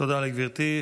תודה לגברתי.